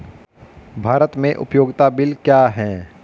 भारत में उपयोगिता बिल क्या हैं?